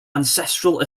ancestral